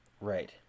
Right